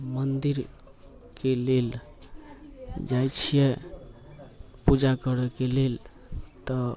मन्दिरके लेल जाइत छियै पूजा करैके लेल तऽ